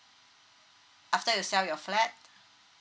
after you sell your flat